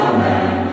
Amen